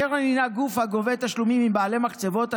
הקרן הינה גוף הגובה תשלומים מבעלי מחצבות.